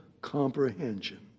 comprehension